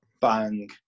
Bang